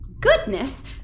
Goodness